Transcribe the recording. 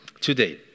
today